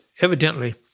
evidently